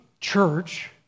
church